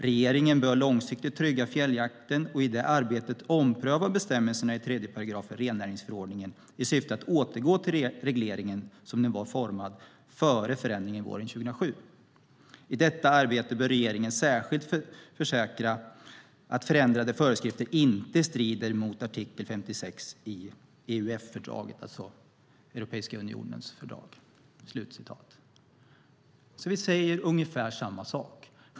Regeringen bör långsiktigt trygga fjälljakten och i det arbetet ompröva bestämmelserna i 3 § rennäringsförordningen i syfte att återgå till regleringen som den var utformad före förändringen våren 2007. I detta arbete bör regeringen särskilt försäkra att ändrade föreskrifter inte strider mot artikel 56 i EUF-fördraget." Vi säger ungefär samma sak.